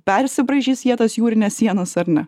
persibraižys jie tas jūrines sienas ar ne